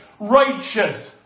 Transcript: righteous